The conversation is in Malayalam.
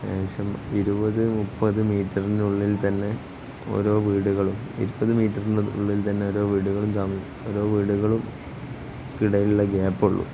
ഏകദേശം ഇരുപത് മുപ്പത് മീറ്ററിനുള്ളിൽ തന്നെ ഓരോ വീടുകളും ഇരുപ്പത് മീറ്ററിനുള്ളിൽ തന്നെയെ ഓരോ ഓരോ വീടുകള്ക്കിടയിലുള്ള ഗ്യാപ്പുള്ളൂ